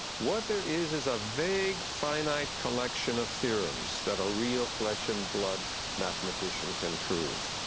what there is is a vague finite collection of theorems that a real flesh and blood mathematician can prove.